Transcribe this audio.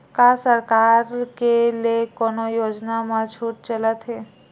का सरकार के ले कोनो योजना म छुट चलत हे?